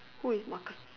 who is Marcus